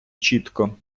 чітко